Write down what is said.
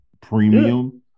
premium